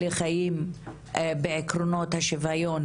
לחיים בעקרונות השוויון